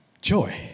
joy